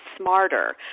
smarter